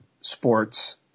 sports